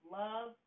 love